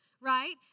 right